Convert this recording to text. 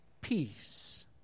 Peace